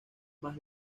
más